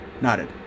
Nodded